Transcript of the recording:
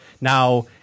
Now –